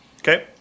Okay